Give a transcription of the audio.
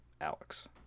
Alex